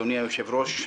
אדוני היושב-ראש,